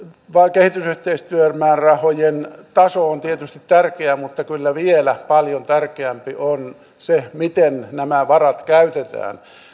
kehitysyhteistyömäärärahojen taso on tietysti tärkeä mutta kyllä vielä paljon tärkeämpi on se miten nämä varat käytetään